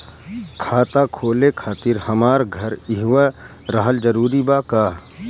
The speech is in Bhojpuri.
खाता खोले खातिर हमार घर इहवा रहल जरूरी बा का?